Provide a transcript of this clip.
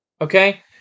Okay